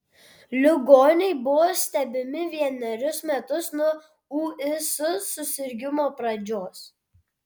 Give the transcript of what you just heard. ligoniai buvo stebimi vienerius metus nuo ūis susirgimo pradžios